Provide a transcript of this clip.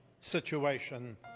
situation